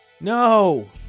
No